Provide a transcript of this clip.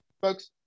folks